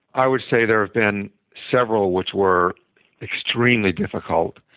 i would say there have been several which were extremely difficult,